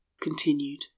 continued